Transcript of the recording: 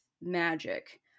magic